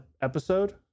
episode